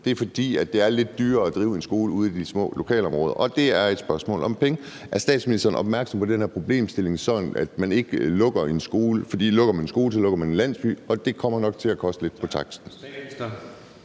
det er, fordi det er lidt dyrere at drive en skole ude i de små lokalområder og det er et spørgsmål om penge. Er statsministeren opmærksom på den her problemstilling, sådan at man ikke lukker en skole? For lukker man en skole, lukker man en landsby, og det kommer nok til at koste lidt på taksten.